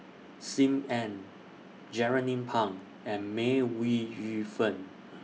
SIM Ann Jernnine Pang and May Ooi Yu Fen